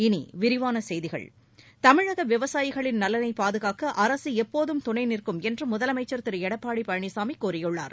இனி விரிவான செய்திகள் தமிழக விவசாயிகளின் நலனை பாதுகாக்க அரசு எப்போதும் துணை நிற்கும் என்று முதலமைச்ச் திரு எடப்பாடி பழனிசாமி கூறியுள்ளார்